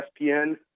ESPN